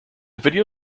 video